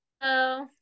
Hello